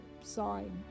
sign